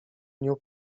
dniu